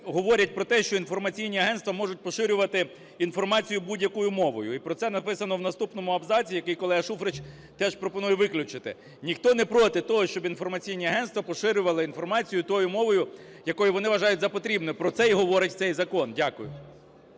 говорять про те, що інформаційні агентства можуть поширювати інформацію будь-якою мовою, і про це написано в наступному абзаці, який колега Шуфрич теж пропонує виключити. Ніхто не проти того, щоб інформаційні агентства поширювали інформацію тою мовою, якою вони вважають за потрібне, про це і говорить цей закон. Дякую.